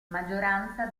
maggioranza